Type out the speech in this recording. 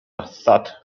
thud